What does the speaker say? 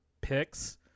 picks